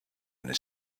and